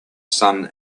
sun